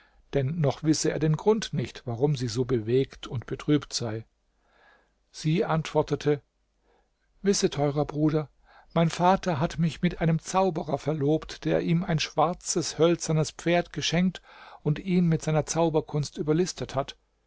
denn noch wisse er den grund nicht warum sie so bewegt und betrübt sei sie antwortete wisse teurer bruder mein vater hat mich mit einem zauberer verlobt der ihm ein schwarzes hölzernes pferd geschenkt und ihn mit seiner zauberkunst überlistet hat